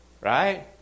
right